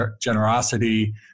generosity